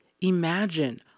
Imagine